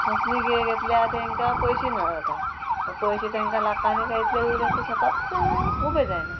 मसनी घे घेतल्या तांकां पयशे ना जाता पयशे तांकां लाखांनी काय इतले जूळ तेंचे शेतांत उबें जायना